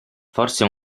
forse